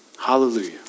Hallelujah